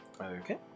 Okay